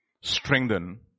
strengthen